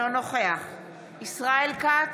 נגד ישראל כץ,